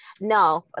no